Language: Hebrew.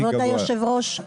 נתי,